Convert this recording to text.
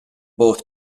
both